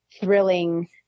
thrilling